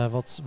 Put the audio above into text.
Wat